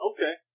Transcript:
Okay